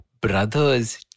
brother's